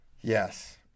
Yes